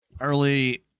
early